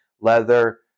leather